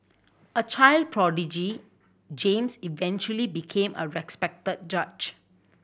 a child prodigy James eventually became a respected judge